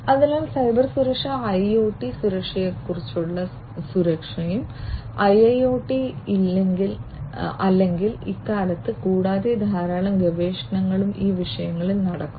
അതിനാൽ സൈബർ സുരക്ഷ IoT സുരക്ഷയ്ക്കുള്ള സുരക്ഷ IIoT അല്ലെങ്കിൽ ഇക്കാലത്ത് കൂടാതെ ധാരാളം ഗവേഷണങ്ങളും ഈ വിഷയങ്ങളിൽ നടക്കുന്നു